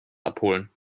abholen